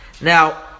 Now